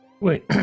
Wait